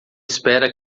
espera